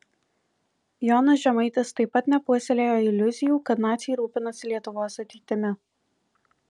jonas žemaitis taip pat nepuoselėjo iliuzijų kad naciai rūpinasi lietuvos ateitimi